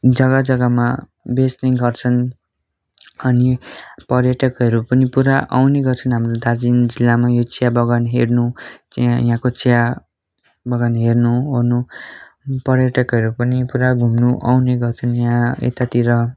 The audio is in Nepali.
जग्गा जग्गामा बेच्ने गर्छन् अनि पर्यटकहरू पनि पुरा आउने गर्छन् हाम्रो दार्जिलिङ जिल्लामा यो चिया बगान हेर्नु किन यहाँको चिया बगान हेर्नु ओर्नु पर्यटकहरू पनि पुरा घुम्नु आउने गर्छन् यहाँ यतातिर